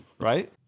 right